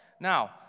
Now